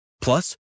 Plus